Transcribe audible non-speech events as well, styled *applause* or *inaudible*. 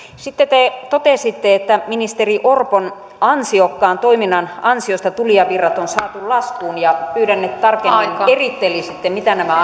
sitten te totesitte että ministeri orpon ansiokkaan toiminnan ansiosta tulijavirrat on saatu laskuun ja pyydän että tarkemmin erittelisitte mitä nämä *unintelligible*